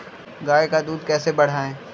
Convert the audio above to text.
गाय का दूध कैसे बढ़ाये?